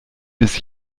bis